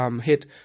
hit